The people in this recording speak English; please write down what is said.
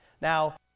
Now